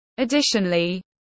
Additionally